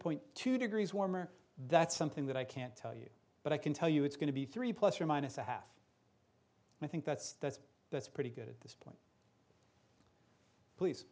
point two degrees warmer that's something that i can't tell you but i can tell you it's going to be three plus or minus a half i think that's that's that's pretty good at this point p